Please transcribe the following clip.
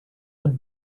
would